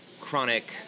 chronic